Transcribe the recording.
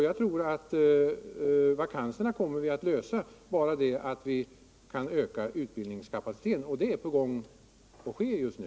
Jag tror att frågan om vakanserna kommer att kunna lösas om vi bara kan utöka utbildningskapaciteten, och det är vad som sker just nu.